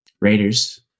Raiders